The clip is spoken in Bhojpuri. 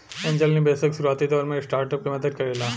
एंजेल निवेशक शुरुआती दौर में स्टार्टअप के मदद करेला